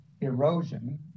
erosion